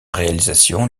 réalisation